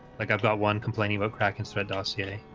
like i've got one complaining about crack and spread dossier